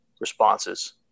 responses